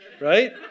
right